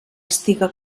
estiga